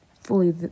fully